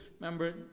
Remember